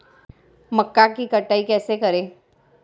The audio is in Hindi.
मक्का की कटाई कैसे करें?